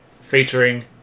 featuring